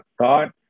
thought